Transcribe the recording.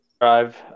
drive